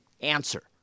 answer